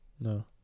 No